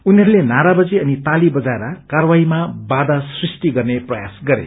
उनीहरूले नारावाजी अनि ताली बजाएर कार्यवाहीमा बाधा सुष्ट गने प्रयास गरे